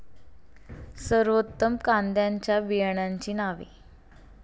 सर्वोत्तम कांद्यांच्या बियाण्यांची नावे?